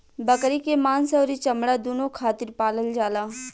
बकरी के मांस अउरी चमड़ा दूनो खातिर पालल जाला